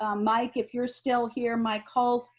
um mike. if you're still here, mike holt,